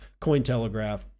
Cointelegraph